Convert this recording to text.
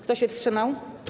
Kto się wstrzymał?